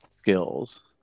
skills